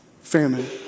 famine